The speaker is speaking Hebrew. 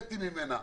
נהניתי ממנה.